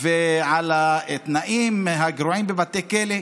ועל התנאים הגרועים בבתי כלא.